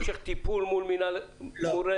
המשך טיפול מול רמ"י?